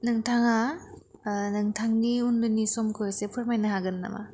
नोंथांआ नोंथांनि उन्दैनि समखौ एसे फोरमायनो हागोन नामा